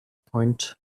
point